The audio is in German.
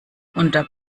unter